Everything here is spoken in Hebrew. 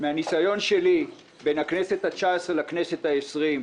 מהניסיון שלי בין הכנסת ה-19 לכנסת ה-20,